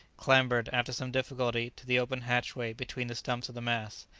clambered, after some difficulty, to the open hatchway between the stumps of the masts,